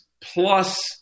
plus